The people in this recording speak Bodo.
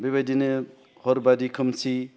बेबायदिनो हरबायदि खोमसि